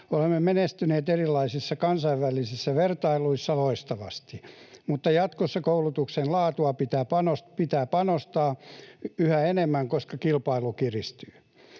Olemme menestyneet erilaisissa kansainvälisissä vertailuissa loistavasti, mutta jatkossa koulutuksen laatuun pitää panostaa yhä enemmän, koska kilpailu kiristyy.